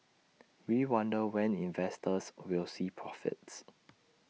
we wonder when investors will see profits